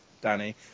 Danny